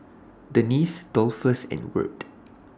Denese Dolphus and Wirt